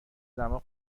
دماغ